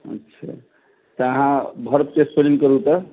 अच्छा त अहाँ भर्ब के स्पेलिन्ग कहू तऽ